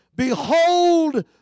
Behold